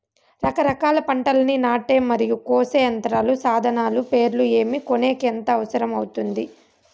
రకరకాల పంటలని నాటే మరియు కోసే యంత్రాలు, సాధనాలు పేర్లు ఏమి, కొనేకి ఎంత అవసరం అవుతుంది?